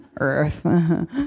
earth